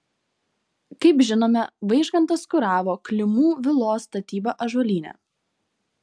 kaip žinome vaižgantas kuravo klimų vilos statybą ąžuolyne